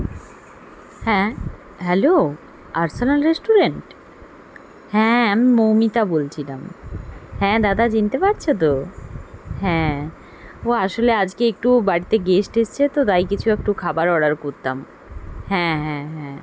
হ্যাঁ hello Arsenal restaurant হ্যাঁ আমি মৌমিতা বলছিলাম হ্যাঁ দাদা চিনতে পারছ তো হ্যাঁ ও আসলে আজকে একটু বাড়িতে গেস্ট এসছে তো তাই কিছু একটু খাবার অর্ডার করতাম হ্যাঁ হ্যাঁ হ্যাঁ